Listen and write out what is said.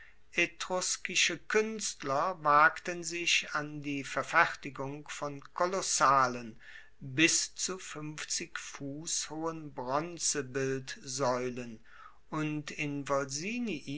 etruskische kuenstler wagten sich an die verfertigung von kolossalen bis zu fuenfzig fuss hohen bronzebildsaeulen und in